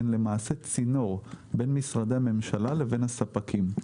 הן למעשה צינור בין משרדי הממשלה לבין הספקים.